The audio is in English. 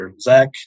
Zach